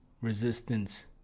resistance